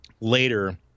later